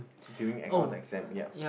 during in all the exam yup